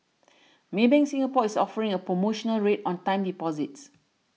Maybank Singapore is offering a promotional rate on time deposits